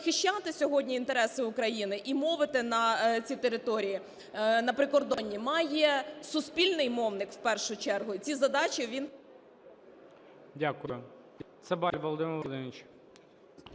Захищати сьогодні інтереси України і мовити на ці території на прикордонні має суспільний мовник у першу чергу, і ці задачі… ГОЛОВУЮЧИЙ. Дякую.